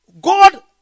God